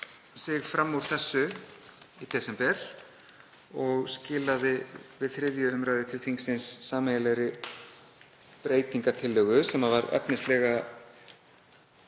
sig fram úr þessu í desember og skilaði við 3. umr. til þingsins sameiginlegri breytingartillögu sem var efnislega